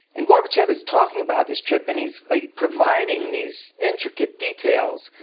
and gorbachev is talking about this trip and he's providing these intricate details,